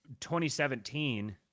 2017